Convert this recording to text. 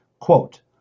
Quote